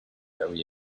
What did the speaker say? very